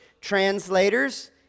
translators